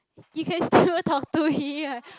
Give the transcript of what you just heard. you can still talk to him